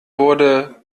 wurde